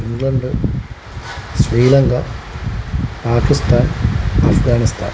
England Sri Lanka Pakistan Afghanistan